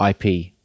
IP